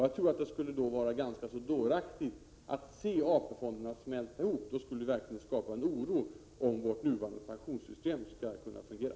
Jag tror att det därför skulle vara ganska dåraktigt att se AP-fonderna smälta ihop — då skulle vi verkligen skapa en oro för huruvida vårt nuvarande pensionssystem kommer att fungera.